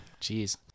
Jeez